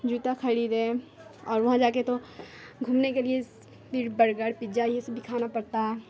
جوتا خریدے اور وہاں جا کے تو گھومنے کے لیے پھر برگر پجا یہ سب بھی کھانا پڑتا ہے